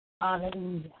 Hallelujah